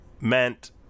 meant